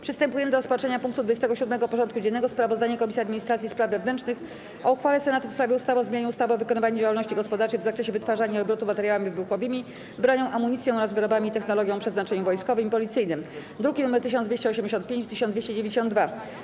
Przystępujemy do rozpatrzenia punktu 27. porządku dziennego: Sprawozdanie Komisji Administracji i Spraw Wewnętrznych o uchwale Senatu w sprawie ustawy o zmianie ustawy o wykonywaniu działalności gospodarczej w zakresie wytwarzania i obrotu materiałami wybuchowymi, bronią, amunicją oraz wyrobami i technologią o przeznaczeniu wojskowym lub policyjnym (druki nr 1285 i 1292)